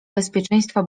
bezpieczeństwa